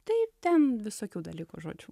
taip ten visokių dalykų žodžiu